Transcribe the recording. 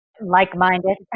like-minded